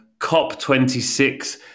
COP26